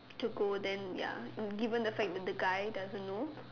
to go then ya given the fact the the guy doesn't know